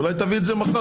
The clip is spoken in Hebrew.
אולי תביא את זה מחר.